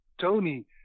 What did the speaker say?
Tony